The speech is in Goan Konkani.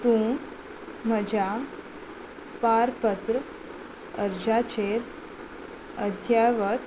तूं म्हज्या पारपत्र अर्जाचेर अद्यावत